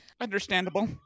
Understandable